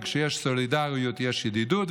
וכשיש סולידריות, יש ידידות.